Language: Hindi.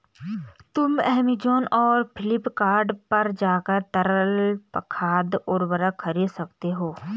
तुम ऐमेज़ॉन और फ्लिपकार्ट पर जाकर तरल खाद उर्वरक खरीद सकते हो